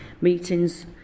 meetings